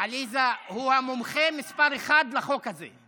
עליזה, הוא המומחה מספר אחת לחוק הזה.